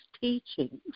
teachings